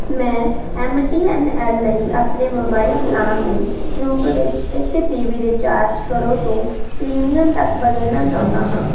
ਮੈਂ M T N L ਲਈ ਆਪਣੇ ਮੋਬਾਈਲ ਪਲਾਨ ਦੇ ਰੂਪ ਵਿੱਚ ਇੱਕ ਜੀ ਬੀ ਰੀਚਾਰਜ ਕਰੋ ਤੋਂ ਪ੍ਰੀਮੀਅਮ ਤੱਕ ਬਦਲਣਾ ਚਾਹੁੰਦਾ ਹਾਂ